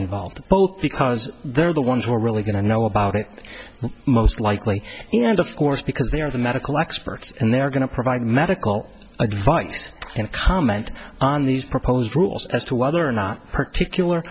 involved both because they're the ones who are really going to know about it most likely and of course because they are the medical experts and they are going to provide medical advice and comment on these proposed rules as to whether or not particular